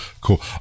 cool